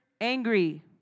Angry